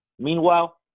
Meanwhile